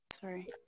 sorry